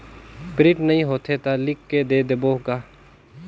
Print नइ होथे ता लिख के दे देबे का?